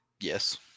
Yes